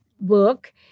book